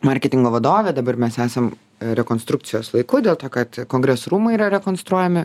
marketingo vadove dabar mes esam rekonstrukcijos laiku dėl to kad kongresų rūmai yra rekonstruojami